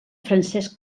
francesc